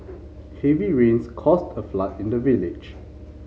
heavy rains caused a flood in the village